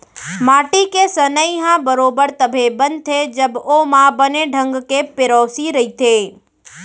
माटी के सनई ह बरोबर तभे बनथे जब ओमा बने ढंग के पेरौसी रइथे